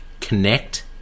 connect